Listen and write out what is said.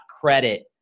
credit